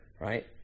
right